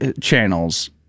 channels